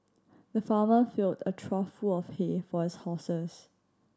the farmer filled a trough full of hay for his horses